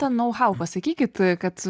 tą nau hau pasakykit kad